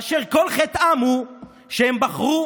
וכל חטאם הוא שהם בחרו